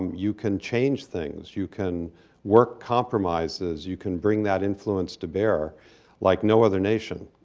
you can change things. you can work compromises. you can bring that influence to bear like no other nation.